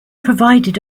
provided